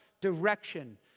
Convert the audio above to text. direction